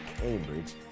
Cambridge